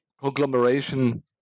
conglomeration